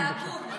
כן, בבקשה.